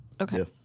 Okay